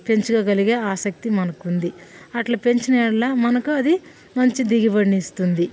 పెంచుకోగలిగే ఆసక్తి మనకుంది అట్లా పెంచిన యెడల మనకు అది మంచి దిగుబడిని ఇస్తుంది